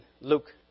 Luke